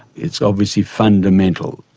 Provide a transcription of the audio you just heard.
it's obviously fundamental.